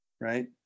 right